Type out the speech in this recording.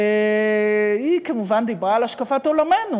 והיא כמובן דיברה על השקפת עולמנו.